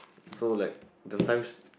so like sometimes